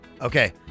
Okay